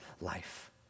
life